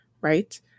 right